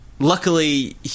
Luckily